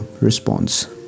response